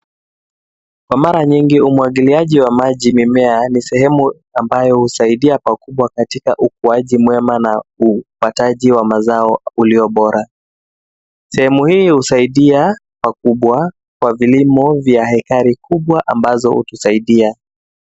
Kwa mara nyingi umwangiliaji wa maji mimea ni sehemu ambayo husaidia pakubwa katika ukuaji mwema na upandaji wa mazao ulio bora. Sehemu hii husaidia pakubwa kwa vilimo vya hekari kubwa ambazo hutusaidia.